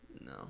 No